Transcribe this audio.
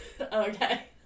okay